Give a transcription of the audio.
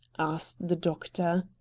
asked the doctor.